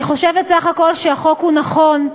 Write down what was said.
אני חושבת בסך הכול שהחוק נכון.